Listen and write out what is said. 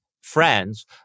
friends